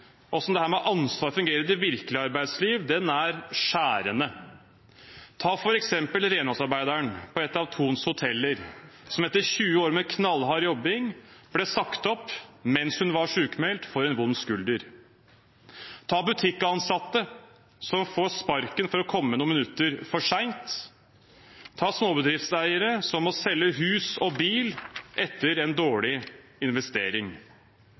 med ansvar fungerer i det virkelige arbeidsliv, er skjærende. Ta f.eks. renholdsarbeideren på et av Thons hoteller, som etter tjue år med knallhard jobbing ble sagt opp mens hun var sykmeldt for en vond skulder, ta butikkansatte som får sparken for å komme noen minutter for sent, eller ta småbedriftseiere som må selge hus og bil etter en dårlig investering.